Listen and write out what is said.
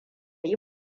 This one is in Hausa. yi